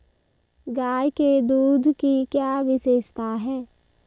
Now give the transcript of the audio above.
गाय के दूध की क्या विशेषता है?